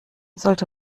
sollte